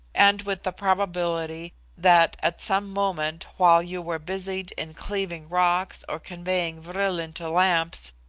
and with the probability that at some moment, while you were busied in cleaving rocks or conveying vril into lamps,